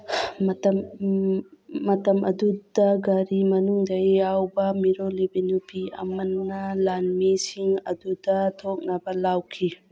ꯝꯇꯝ ꯃꯇꯝ ꯑꯗꯨꯗ ꯒꯥꯔꯤ ꯃꯅꯨꯡꯗ ꯌꯥꯎꯕ ꯃꯤꯔꯣꯜꯂꯤꯕꯤ ꯅꯨꯄꯤ ꯑꯃꯅ ꯂꯥꯟꯃꯤꯁꯤꯡ ꯑꯗꯨꯗ ꯊꯣꯛꯅꯕ ꯂꯥꯎꯈꯤ